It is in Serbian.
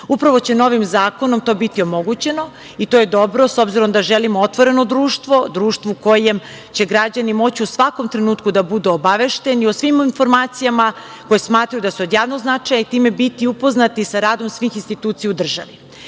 tako. Upravo će novim zakonom to biti omogućeno i to je dobro s obzirom da želimo otvoreno društvo, društvo u kojem će građani moći u svakom trenutku da budu obavešteni o svim informacijama koje smatraju da su od javnog značaja i time biti upoznati sa radom svih institucija u državi. Jako